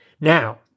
Now